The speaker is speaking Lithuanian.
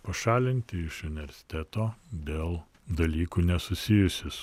pašalinti iš universiteto dėl dalykų nesusijusius